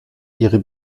ihre